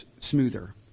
smoother